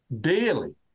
daily